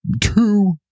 Two